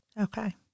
okay